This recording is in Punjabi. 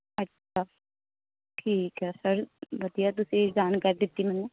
ਅੱਛਾ ਠੀਕ ਹੈ ਸਰ ਵਧੀਆ ਤੁਸੀਂ ਜਾਣਕਾਰੀ ਦਿੱਤੀ ਮੈਨੂੰ